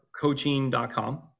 coaching.com